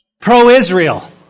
Pro-Israel